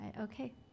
Okay